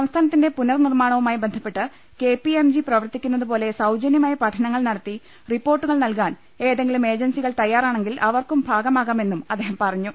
സംസ്ഥാനത്തിന്റെ പുനർ നിർമ്മാണവുമായി ബന്ധപ്പെട്ട് കെ പി എം ജി പ്രവർത്തിക്കുന്നതുപോലെ സൌജ നൃമായി പഠനങ്ങൾ നടത്തി റിപ്പോർട്ടുകൾ നൽകാൻ ഏതെ ങ്കിലും ഏജൻസികൾ തയ്യാറാണെങ്കിൽ അവർക്കും ഭാഗമാകാ മെന്നും അദ്ദേഹം പറഞ്ഞു